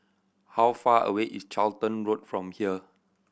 how far away is Charlton Road from here